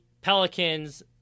Pelicans